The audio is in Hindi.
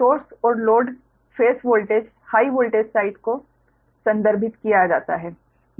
सोर्स और load phase voltage high voltage side को संदर्भित किया जाता है